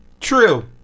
true